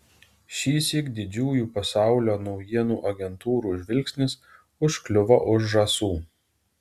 šįsyk didžiųjų pasaulio naujienų agentūrų žvilgsnis užkliuvo už žąsų